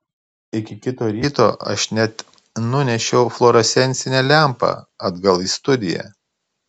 iki kito ryto aš net nunešiau fluorescencinę lempą atgal į studiją